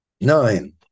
nine